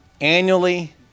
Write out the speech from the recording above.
annually